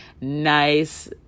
nice